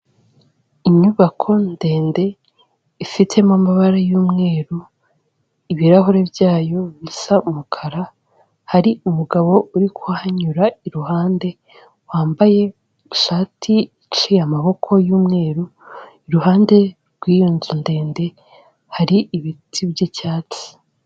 Inyubako ndende ifitemo amabara y'umweru, ibirahure byayo bisa umukara, hari umugabo uri kuhanyura iruhande wambaye ishati iciye amaboko y'umweru, iruhande rw'iyo nzu ndende hari ibiti by'icyatsi.